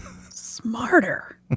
Smarter